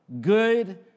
Good